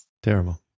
Terrible